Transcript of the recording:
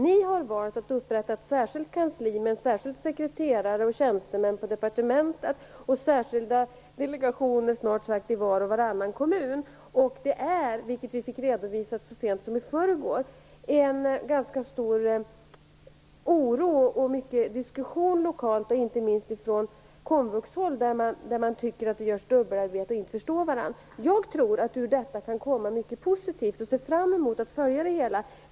Ni har valt att upprätta ett särskilt kansli med en särskild sekreterare, tjänstemän på departementet och särskilda delegationer i snart sagt var och varannan kommun. Så sent som i förrgår fick vi redovisat för oss att det finns en ganska stor oro och mycket diskussion lokalt, inte minst från komvuxhåll, där man tycker att det görs dubbelarbete och att man inte förstår varandra. Jag tror att det ur detta kan komma mycket positivt, och ser fram emot att följa det.